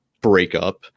breakup